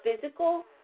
physical